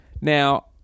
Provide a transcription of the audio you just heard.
Now